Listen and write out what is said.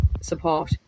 support